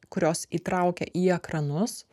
kurios įtraukia į ekranus